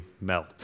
melt